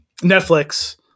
Netflix